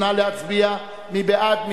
נא להצביע, מי בעד?